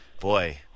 boy